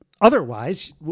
Otherwise